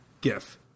gif